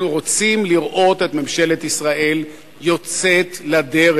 אנחנו רוצים לראות את ממשלת ישראל יוצאת לדרך.